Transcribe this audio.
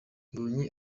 mbonyi